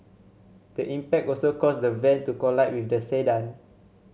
the impact also caused the van to collide with the sedan